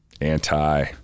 anti